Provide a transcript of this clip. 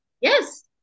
Yes